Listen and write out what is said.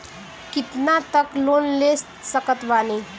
कितना तक लोन ले सकत बानी?